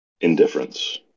Indifference